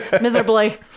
miserably